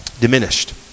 Diminished